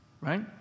right